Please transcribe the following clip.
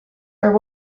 are